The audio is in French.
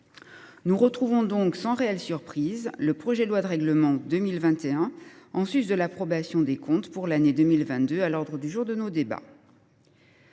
Nous retrouvons donc sans réelle surprise le projet de loi de règlement 2021, en plus de l’approbation des comptes pour l’année 2022, à l’ordre du jour de nos travaux.